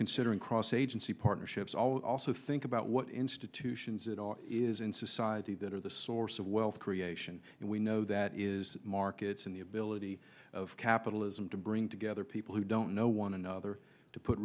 considering cross agency partnerships also think about what institutions it is in society that are the source of wealth creation and we know that is markets in the ability of capitalism to bring together people who don't know one another to put